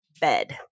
bed